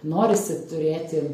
norisi turėti